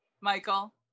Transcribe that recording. Michael